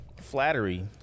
Flattery